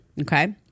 Okay